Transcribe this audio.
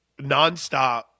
nonstop